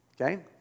okay